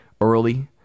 early